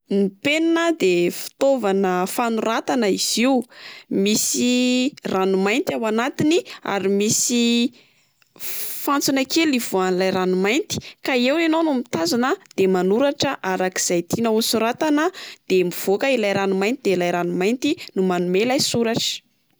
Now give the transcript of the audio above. Ny penina de fitaovana fanoratana izy Io misy rano mainty ao anatiny ary misy fantsona kely hivoahan'ilay rano mainty ka eo ianao no mitazona de manoratra arak'izay tianao ho soratana de mivoaka ilay rano mainty de ilay rano mainty no manome ilay soratra.